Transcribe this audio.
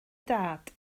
dad